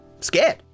scared